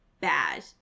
bad